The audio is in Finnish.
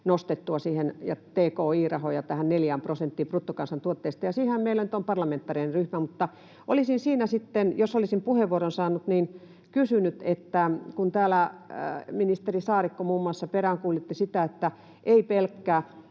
nostettua siihen 4 prosenttiin bruttokansantuotteesta, niin siihenhän meillä nyt on parlamentaarinen ryhmä. Olisin siinä sitten, jos olisin puheenvuoron saanut, kysynyt siitä, kun täällä ministeri Saarikko muun muassa peräänkuulutti sitä, että ei pelkkä